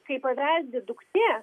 kai paveldi duktė